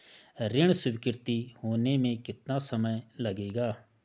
ऋण स्वीकृति होने में कितना समय लगेगा?